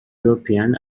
european